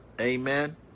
Amen